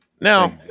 Now